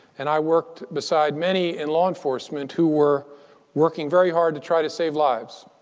and i worked beside many in law enforcement who were working very hard to try to save lives.